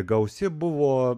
gausi buvo